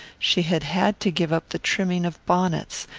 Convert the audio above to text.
she had had to give up the trimming of bonnets,